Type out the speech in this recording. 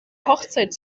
hochzeit